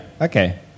okay